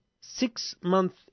Six-month